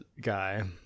guy